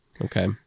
Okay